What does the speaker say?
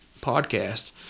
podcast